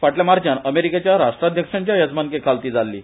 फाटल्या मार्चान अमेरिकेच्या राष्ट्राध्यक्षांचे येजमानके खाला ती जाल्ली